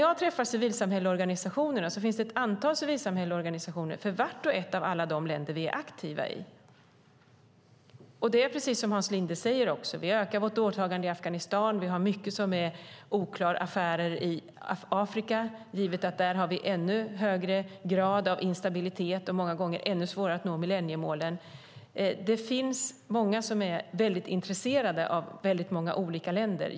Jag träffar civilsamhällesorganisationerna, och det finns ett antal sådana organisationer för vart och ett av alla de länder som vi är aktiva i. Precis som Hans Linde säger ökar vi vårt åtagande i Afghanistan. Vi har mycket som är oklara affärer i Afrika, givet att vi där har en ännu högre grad av instabilitet och många gånger ännu svårare att nå millenniemålen. Det finns många som är mycket intresserade av många olika länder.